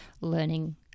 learning